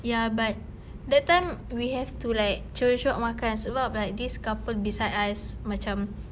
ya but that time we have to like cepat-cepat makan sebab like this couple beside us macam